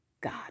God